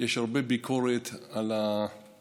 יש הרבה ביקורת על המפלגות,